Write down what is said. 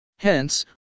Hence